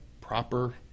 proper